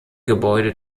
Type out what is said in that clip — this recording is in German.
gebäude